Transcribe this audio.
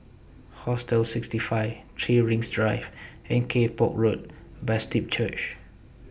Hostel sixty five three Rings Drive and Kay Poh Road Baptist Church